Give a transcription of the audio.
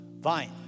vine